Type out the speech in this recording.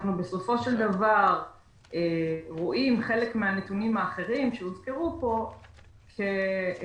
בסופו של דבר אנחנו רואים חלק מהנתונים האחרים שהוזכרו פה כמשתקפים,